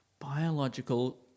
biological